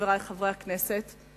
חברי חברי הכנסת,